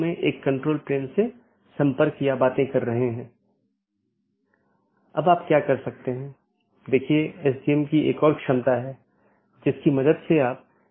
इसलिए मैं एकल प्रविष्टि में आकस्मिक रूटिंग विज्ञापन कर सकता हूं और ऐसा करने में यह मूल रूप से स्केल करने में मदद करता है